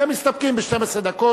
הם מסתפקים ב-12 דקות.